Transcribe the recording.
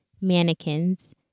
mannequins